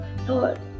Lord